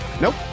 nope